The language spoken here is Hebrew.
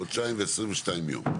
חודשיים ו-22 ימים.